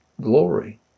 glory